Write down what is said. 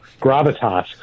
Gravitas